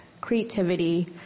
creativity